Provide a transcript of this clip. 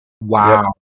Wow